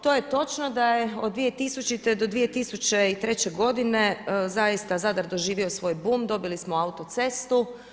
To je točno da je od 2000. do 2003. godine zaista Zadar doživio svoj bum, dobili smo autocestu.